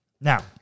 Now